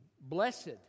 Blessed